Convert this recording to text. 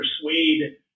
persuade